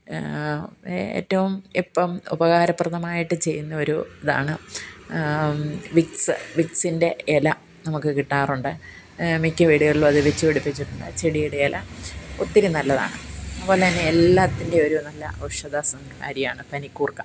ഏറ്റവും ഇപ്പം ഉപകാരപ്രദമായിട്ട് ചെയ്യുന്ന ഒരു ഇതാണ് വിക്സ് വിക്സിൻ്റെ ഇല നമുക്ക് കിട്ടാറുണ്ട് മിക്ക വീടുകളിലും അത് വെച്ചുപിടിപ്പിച്ചിട്ടുണ്ട് ആ ചെടിയുടെ ഇല ഒത്തിരി നല്ലതാണ് എല്ലാത്തിൻ്റെയും ഒരു നല്ല ഔഷധ സംഹാരിയാണ് പനികൂർക്ക